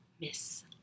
Miss